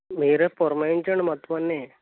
మీరు పురమాయించండి మొత్తం అన్నీ